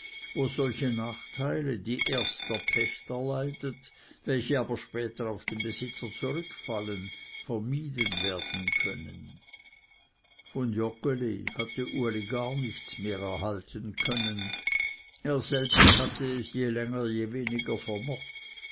wo solche nachteile die erst der pächter leidet welche aber später auf den besitzer zurückfallen vermieden werden können von joggeli hatte uli gar nichts mehr erhalten können er selbst hatte es je länger je weniger vermocht